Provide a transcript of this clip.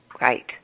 Right